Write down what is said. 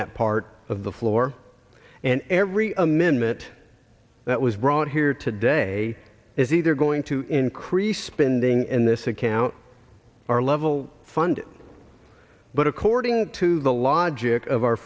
that part of the floor and every amendment that was brought here today is either going to increase spending in this account or level fund but according to the logic of our